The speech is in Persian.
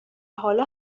حالا